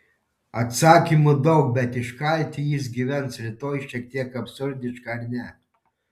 atsakymų daug bet iškalti jis gyvens rytoj šiek tiek absurdiška ar ne